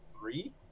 three